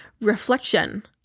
reflection